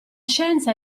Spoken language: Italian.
scienza